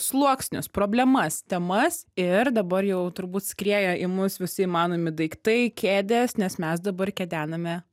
sluoksnius problemas temas ir dabar jau turbūt skrieja į mus visi įmanomi daiktai kėdės nes mes dabar kedename